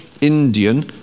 Indian